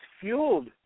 fueled